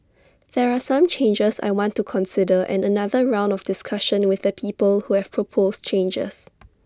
there are some changes I want to consider and another round of discussion with the people who have proposed changes